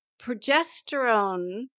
progesterone